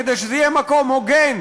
כדי שזה יהיה מקום הוגן,